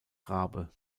rabe